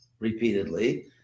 repeatedly